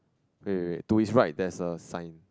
wait wait wait to his right there's a sign